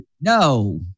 No